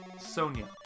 Sonia